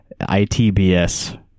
ITBS